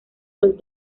los